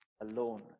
alone